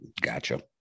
gotcha